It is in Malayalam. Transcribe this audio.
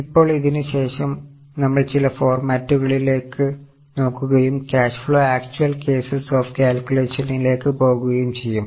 ഇപ്പോൾ ഇതിനുശേഷം നമ്മൾ ചില ഫോർമാറ്റുകളിലേക്ക്പോകുകയും ചെയ്യും